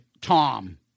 Tom